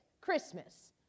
Christmas